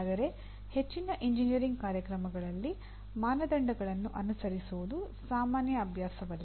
ಆದರೆ ಹೆಚ್ಚಿನ ಎಂಜಿನಿಯರಿಂಗ್ ಕಾರ್ಯಕ್ರಮಗಳಲ್ಲಿ ಮಾನದಂಡಗಳನ್ನು ಅನುಸರಿಸುವುದು ಸಾಮಾನ್ಯ ಅಭ್ಯಾಸವಲ್ಲ